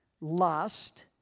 lust